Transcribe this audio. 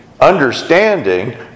understanding